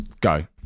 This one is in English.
Go